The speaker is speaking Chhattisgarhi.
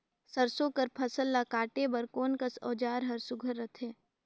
सरसो कर फसल ला काटे बर कोन कस औजार हर सुघ्घर रथे?